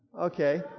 Okay